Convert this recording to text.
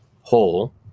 whole